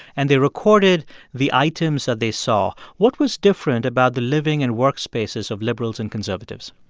and they recorded the items that they saw. what was different about the living and workspaces of liberals and conservatives?